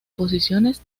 posiciones